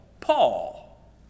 Paul